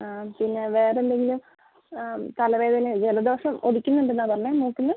ആ പിന്നെ വേറെന്തെങ്കിലും തലവേദനയോ ജലദോഷം ഒലിക്കുന്നുണ്ടെന്നാണോ പറഞ്ഞത് മൂക്കിൽ നിന്ന്